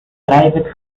private